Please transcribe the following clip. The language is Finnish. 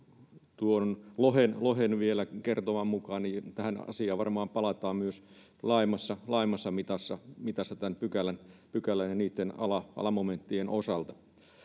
Lohen kertoman mukaan tähän asiaan varmaan vielä palataan myös laajemmassa mitassa kuin tämän pykälän ja sen alamomenttien osalta.